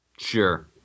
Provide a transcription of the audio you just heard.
Sure